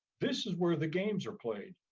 this is where the games are played.